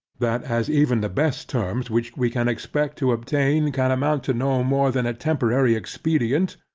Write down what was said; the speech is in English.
that as even the best terms, which we can expect to obtain, can amount to no more than a temporary expedient,